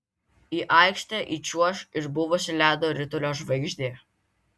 į aikštę įčiuoš ir buvusi ledo ritulio žvaigždė